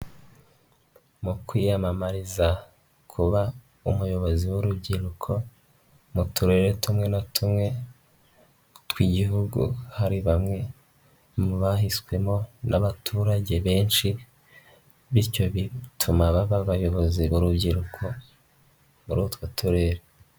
Mu kwiyamamariza, kuba umuyobozi w'urubyiruko, mu turere tumwe na tumwe, tw'igihugu, hari bamwe mu bahiswemo n'abaturage benshi, bityo bituma baba abayobozi b'urubyiruko muri utwo turere.